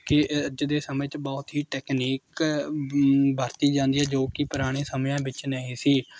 ਕਿ ਅੱਜ ਦੇ ਸਮੇਂ 'ਚ ਬਹੁਤ ਹੀ ਟੈਕਨੀਕ ਵਰਤੀ ਜਾਂਦੀ ਹੈ ਜੋ ਕਿ ਪੁਰਾਣੇ ਸਮਿਆਂ ਵਿੱਚ ਨਹੀਂ ਸੀ